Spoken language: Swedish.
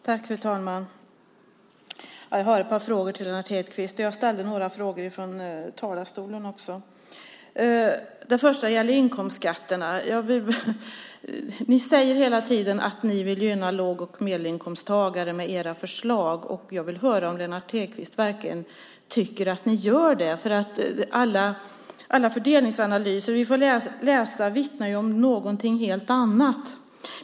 Fru talman! Jag har ett par frågor till Lennart Hedquist, och jag ställde några frågor från talarstolen också. Den första gäller inkomstskatterna. Ni säger hela tiden att ni vill gynna låg och medelinkomsttagare med era förslag. Jag vill höra om Lennart Hedquist verkligen tycker att ni gör det. Alla fördelningsanalyser vi får läsa vittnar ju om någonting helt annat.